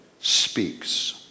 speaks